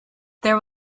there